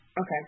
Okay